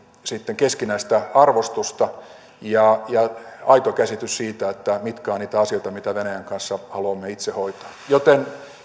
sitten keskinäistä arvostusta ja ja aito käsitys siitä mitkä ovat niitä asioita mitä venäjän kanssa haluamme itse hoitaa joten